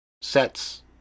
sets